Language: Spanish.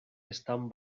están